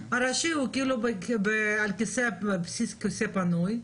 הראשי הוא על בסיס כיסא פנוי,